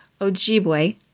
Ojibwe